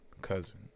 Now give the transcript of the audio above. Cousin